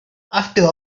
after